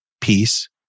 peace